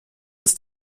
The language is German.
ist